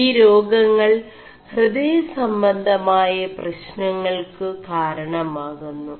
ഈ േരാഗÆൾ ഹൃദയസംബ√മായ േ4പശ്നÆൾ ു കാരണമാകുMു